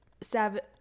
Savage